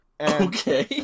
Okay